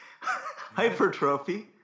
hypertrophy